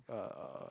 uh